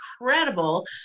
incredible